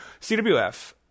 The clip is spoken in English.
CWF